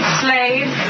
slave